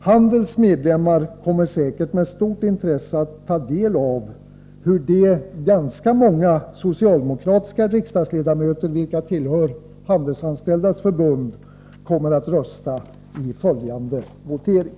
Handels medlemmar kommer säkert med stort intresse att ta del av hur de ganska många socialdemokratiska riksdagsledamöter vilka tillhör Handelsanställdas förbund kommer att rösta i följande votering.